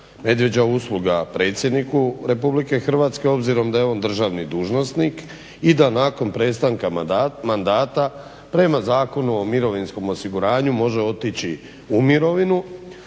medvjeđa usluga predsjedniku RH obzirom da je on državni dužnosnik i da nakon prestanka mandata prema Zakonu o mirovinskom osiguranju može otići u mirovinu?